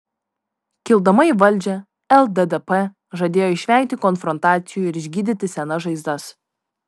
kildama į valdžią lddp žadėjo išvengti konfrontacijų ir išgydyti senas žaizdas